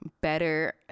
better